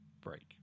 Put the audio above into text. break